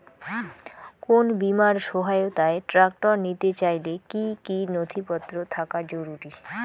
কোন বিমার সহায়তায় ট্রাক্টর নিতে চাইলে কী কী নথিপত্র থাকা জরুরি?